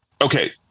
Okay